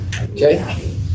Okay